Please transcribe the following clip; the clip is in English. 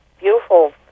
beautiful